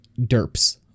derps